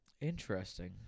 Interesting